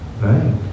right